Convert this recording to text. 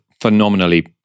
phenomenally